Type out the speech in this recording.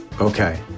Okay